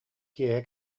киэһэ